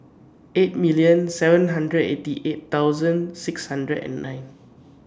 eight million seven hundred eighty eight thousand six hundred and nine